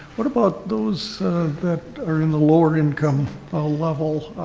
what about those that are in the lower income ah level?